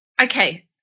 okay